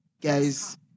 Guys